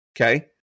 okay